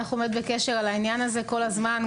אנחנו באמת בקשר על העניין הזה כל הזמן,